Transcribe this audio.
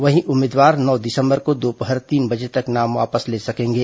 वहीं उम्मीदवार नौ दिसंबर को दोपहर तीन बजे तक नाम वापस ले सकेंगे